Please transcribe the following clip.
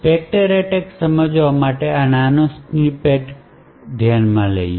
Spectre attack સમજવા માટે આ નાનો સ્નિપેટ લઈએ